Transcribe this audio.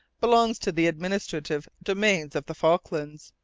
belongs to the administrative domain of the falklands.